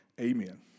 Amen